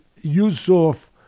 Yusuf